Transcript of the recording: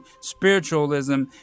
spiritualism